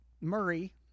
Murray